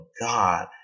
God